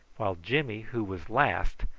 while jimmy, who was last,